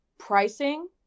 Pricing